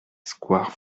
square